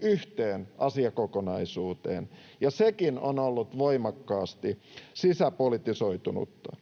yhteen asiakokonaisuuteen, ja sekin on ollut voimakkaasti sisäpolitisoitunutta.